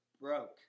broke